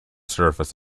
surface